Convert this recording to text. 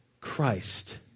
Christ